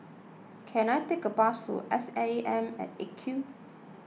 can I take a bus to S A M at eight Q